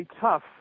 tough